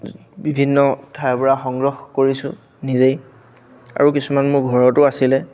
বিভিন্ন ঠাইৰপৰা সংগহ কৰিছোঁ নিজেই আৰু কিছুমান মোৰ ঘৰতো আছিলে